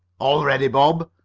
all ready, bob?